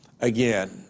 again